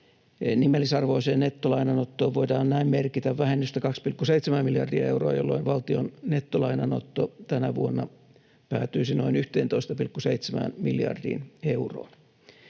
Nimellisarvoiseen nettolainanottoon voidaan näin merkitä vähennystä 2,7 miljardia euroa, jolloin valtion nettolainanotto tänä vuonna päätyisi noin 11,7 miljardiin euroon.